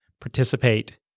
participate